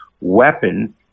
weapon